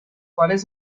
cuales